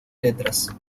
letras